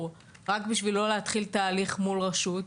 רק בשביל לא להתחיל תהליך מול רשות.